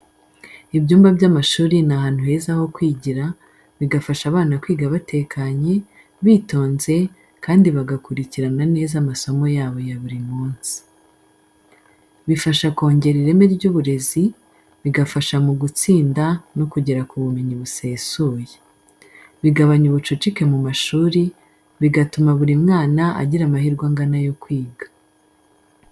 Ibyumba by’amashuri ni ahantu heza ho kwigira, bigafasha abana kwiga batekanye, bitonze kandi bagakurikirana neza amasomo yabo ya buri munsi. Bifasha kongera ireme ry’uburezi, bigafasha mu gutsinda no kugera ku bumenyi busesuye. Bigabanya ubucucike mu mashuri, bigatuma buri mwana agira amahirwe angana yo kwiga.